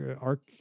arc